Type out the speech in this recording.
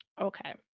Okay